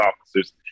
officers